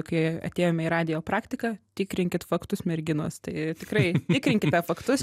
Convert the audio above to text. kai atėjome į radijo praktiką tikrinkit faktus merginos tai tikrai tikrinkite faktus